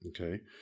Okay